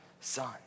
son